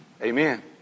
Amen